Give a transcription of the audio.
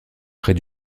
près